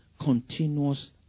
continuous